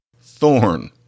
thorn